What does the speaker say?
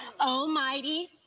Almighty